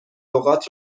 لغات